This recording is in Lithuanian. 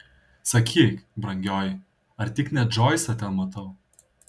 sakyk brangioji ar tik ne džoisą ten matau